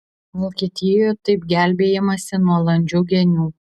vokietijoje taip gelbėjamasi nuo landžių genių